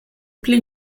pli